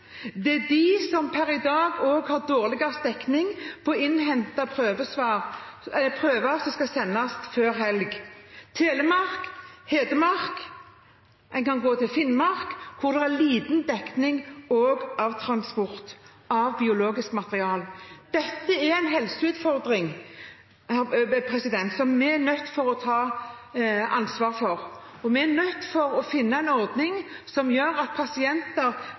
er de som per i dag også har dårligst dekning når det gjelder å innhente prøver som skal sendes før helg: Telemark, Hedmark, Finnmark har dårlig dekning også når det gjelder transport av biologisk materiale. Dette er en helseutfordring som vi er nødt til å ta ansvaret for. Vi er nødt til å finne en ordning som gjør at pasienter